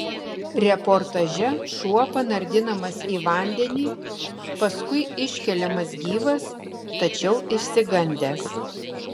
reportaže šuo panardinamas į vandenį paskui iškeliamas gyvas tačiau išsigandęs